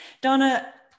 Donna